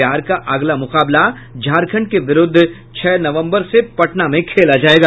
बिहार का अगला मुकाबला झारखंड के विरूद्ध छह नवम्बर से पटना में खेला जायेगा